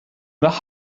nach